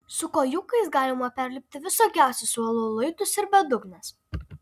su kojūkais galima perlipti visokiausius uolų luitus ir bedugnes